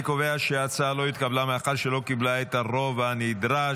אני קובע שההצעה לא התקבלה מאחר שלא קיבלה את הרוב הנדרש.